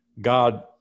God